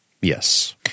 Yes